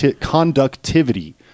conductivity